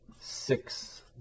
six